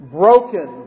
broken